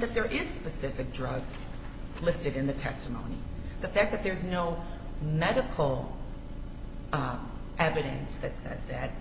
there is a specific drug listed in the testimony the fact that there's no medical evidence that says that